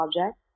object